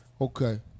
Okay